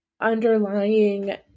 underlying